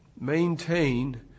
maintain